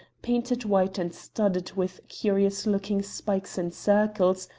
painted white and studded with curious-looking spikes in circles,